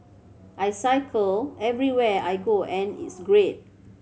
I cycle everywhere I go and it's great